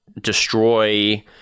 destroy